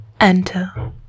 Enter